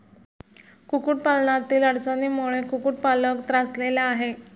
कुक्कुटपालनातील अडचणींमुळे कुक्कुटपालक त्रासलेला आहे